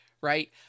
Right